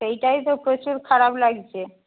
সেইটাই তো প্রচুর খারাপ লাগছে